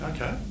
Okay